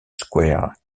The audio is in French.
square